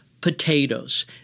potatoes